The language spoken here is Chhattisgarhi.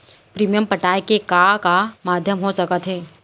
प्रीमियम पटाय के का का माधयम हो सकत हे?